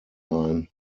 ein